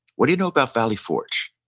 what do you know about valley forge?